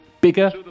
Bigger